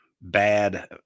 bad